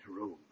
room